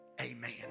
amen